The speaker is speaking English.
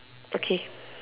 okay